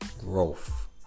growth